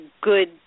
good